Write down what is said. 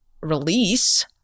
release